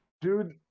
Dude